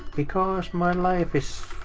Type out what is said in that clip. because my life is,